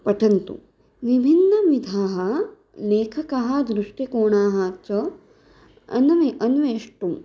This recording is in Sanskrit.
पठन्तु विभिन्नविधाः लेखकाः दृष्टिकोणाः च अन्वेषः अन्वेष्टुम्